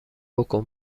بکن